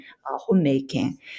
homemaking